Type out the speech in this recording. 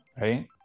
right